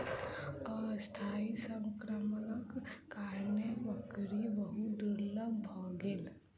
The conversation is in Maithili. अस्थायी संक्रमणक कारणेँ बकरी बहुत दुर्बल भ गेल